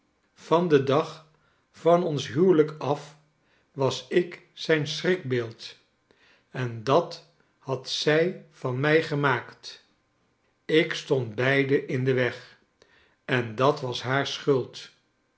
van den dag van ons huwelijk af was ik zijn schrikbeeld en dat had zij van mij gemaakt ik stond beiden in den weg en dat was haar schuld